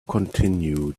continued